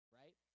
right